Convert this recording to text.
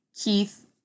Keith